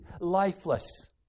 Lifeless